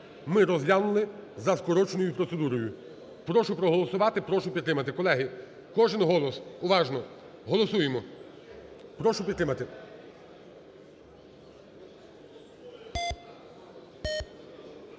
ми розглянули за скороченою процедурою. Прошу проголосувати, прошу підтримати. Колеги, кожен голос, уважно голосуємо. Прошу підтримати.